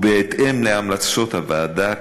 ובהתאם להמלצות הוועדה,